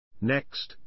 Next